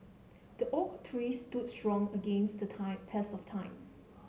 the oak tree stood strong against the test of time